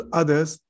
others